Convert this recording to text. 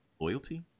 Loyalty